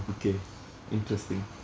okay interesting